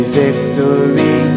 victory